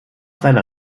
seiner